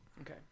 Okay